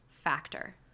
factor